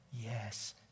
Yes